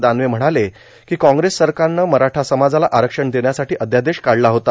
दानवे म्हणाले काँ कॉग्रेस सरकारन मराठा समाजाला आरक्षण देण्यासाठी अध्यादेश काढला होता